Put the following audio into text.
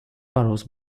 barrows